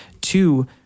Two